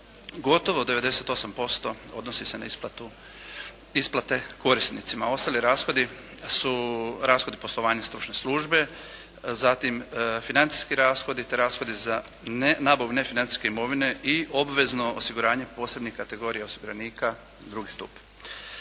gotovo 98% odnosi se na isplatu, isplate korisnicima. A ostali rashodi su rashodi poslovanja stručne službe, financijski rashodi te rashodi za nabavu nefinancijske imovine i obvezno osiguranje posebnih kategorija osiguranika drugi stup.